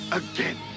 again